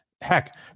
Heck